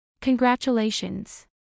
Congratulations